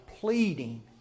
pleading